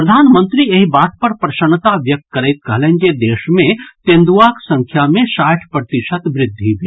प्रधानमंत्री एहि बात पर प्रसन्नता व्यक्त करैत कहलनि जे देश मे तेंदुआक संख्या मे साठि प्रतिशत वृद्धि भेल